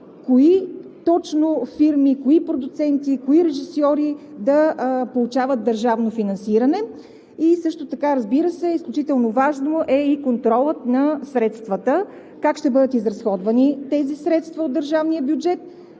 кои точно фирми, кои продуценти, кои режисьори да получават държавно финансиране. Също така, разбира се, изключително важен е и контролът на средствата – как ще бъдат изразходвани тези средства от държавния бюджет